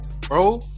bro